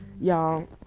y'all